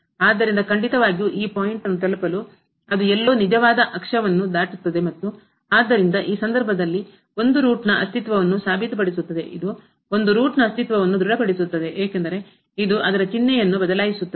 ಆದ್ದರಿಂದ ಖಂಡಿತವಾಗಿಯೂ ಈ ಪಾಯಿಂಟನ್ನು ತಲುಪಲು ಅದು ಎಲ್ಲೋ ನಿಜವಾದ ಅಕ್ಷ ವನ್ನು ದಾಟುತ್ತದೆ ಮತ್ತು ಆದ್ದರಿಂದ ಈ ಸಂದರ್ಭದಲ್ಲಿ ಒಂದು ರೂಟ್ ನ ಅಸ್ತಿತ್ವವನ್ನು ಸಾಬೀತುಪಡಿಸುತ್ತದೆ ಇದು ಒಂದು ರೂಟ್ ನ ಅಸ್ತಿತ್ವವನ್ನು ದೃಢಪಡಿಸುತ್ತದೆ ಏಕೆಂದರೆ ಇದು ಅದರ ಚಿಹ್ನೆಯನ್ನು ಬದಲಾಯಿಸುತ್ತದೆ